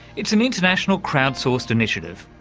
it's an international crowd-sourced initiative,